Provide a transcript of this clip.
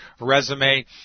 resume